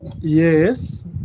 Yes